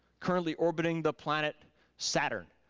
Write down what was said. currently orbiting the planet saturn.